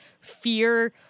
fear